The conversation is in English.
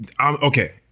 Okay